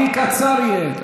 אני קצר, אהיה.